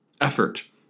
effort